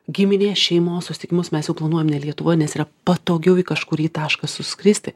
giminės šeimos susitikimus mes jau planuojam ne lietuvoj nes yra patogiau į kažkurį tašką suskristi